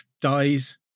dies